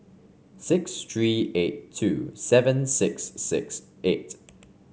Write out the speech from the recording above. six three eight two seven six six eight